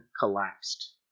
collapsed